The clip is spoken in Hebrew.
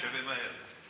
שנייה ושלישית.